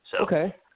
Okay